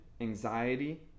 anxiety